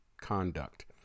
conduct